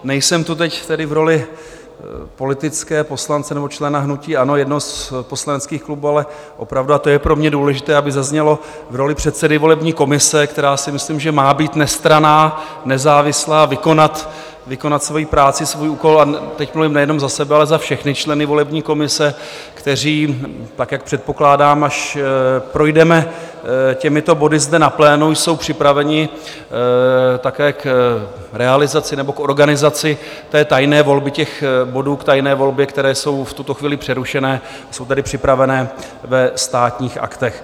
Nejsem tu teď tedy v roli politické, poslance nebo člena hnutí ANO, jednoho z poslaneckých klubů, ale opravdu to je pro mě důležité, aby zaznělo v roli předsedy volební komise, která si myslím, že má být nestranná, nezávislá, vykonat svoji práci, svůj úkol, a teď mluvím nejenom za sebe, ale za všechny členy volební komise, kteří tak, jak předpokládám, až projdeme těmito body zde na plénu, jsou připraveni také k realizaci nebo k organizaci té tajné volby, těch bodů k tajné volbě, které jsou v tuto chvíli přerušené, jsou tady připravené ve Státních aktech.